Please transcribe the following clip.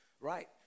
right